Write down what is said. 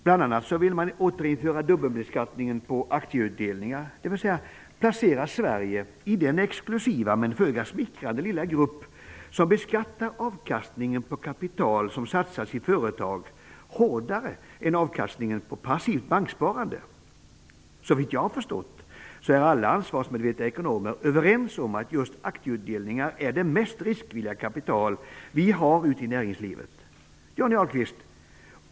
Bl.a. vill man återinföra dubbelbeskattningen på aktieutdelningar, dvs. placera Sverige i den exklusiva, men föga smickrande, lilla grupp som beskattar avkastningen på kapital som satsas i företag hårdare än avkastningen på passivt banksparande. Såvitt jag har förstått är alla ansvarsmedvetna ekonomer överens om att just aktiutdelningar är det mest riskvilliga kapital som vi har ute i näringslivet. Johnny Ahlqvist!